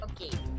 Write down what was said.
Okay